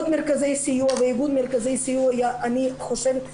מרכזי הסיוע ואיגוד מרכזי הסיוע אני חושבת,